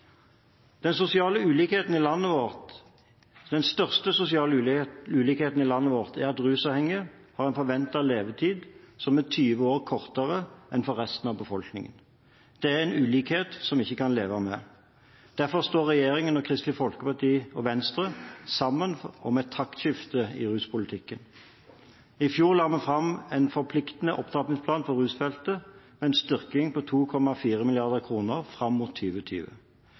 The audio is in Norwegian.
Den største sosiale ulikheten i landet vårt er at rusavhengige har en forventet levetid som er 20 år kortere enn for resten av befolkningen. Det er en ulikhet som vi ikke kan leve med. Derfor står regjeringen og Kristelig Folkeparti og Venstre sammen om et taktskifte i ruspolitikken. I fjor la vi fram en forpliktende opptrappingsplan for rusfeltet, med en styrking på 2,4 mrd. kr fram mot